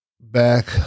back